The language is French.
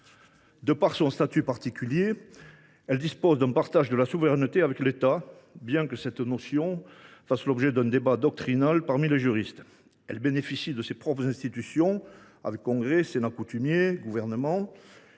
De par son statut particulier, elle dispose d’un partage de souveraineté avec l’État, bien que cette notion fasse l’objet d’un débat doctrinal parmi les juristes. Elle bénéficie de ses propres institutions : un congrès, un sénat coutumier et